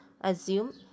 assume